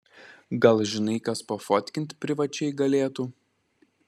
gal žinai kas pafotkint privačiai galėtų